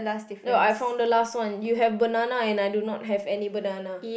no I found the last one you have banana and I do not have any banana